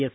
S